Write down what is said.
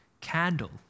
candle